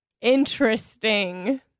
interesting